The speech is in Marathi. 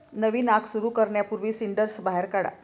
नवीन आग सुरू करण्यापूर्वी सिंडर्स बाहेर काढा